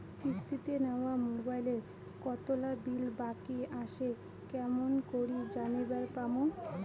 কিস্তিতে নেওয়া মোবাইলের কতোলা বিল বাকি আসে কেমন করি জানিবার পামু?